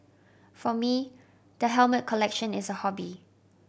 for me the helmet collection is a hobby